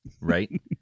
Right